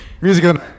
music